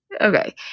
Okay